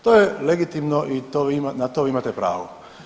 To je legitimno i na to vi imate pravo.